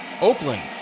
Oakland